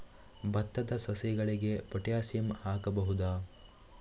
ಭತ್ತದ ಸಸಿಗಳಿಗೆ ಪೊಟ್ಯಾಸಿಯಂ ಹಾಕಬಹುದಾ?